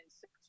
six